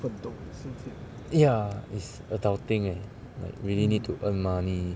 ya is adulting leh like really need to earn money